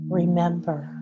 remember